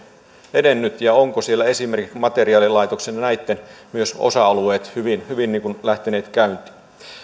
edennyt ja ovatko siellä esimerkiksi myös materiaalilaitoksen ja näitten muitten osa alueet hyvin hyvin lähteneet käyntiin